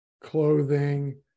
clothing